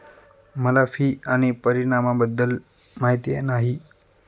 मला फी आणि परिणामाबद्दल माहिती नाही